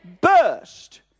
Burst